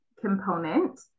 component